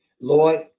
Lord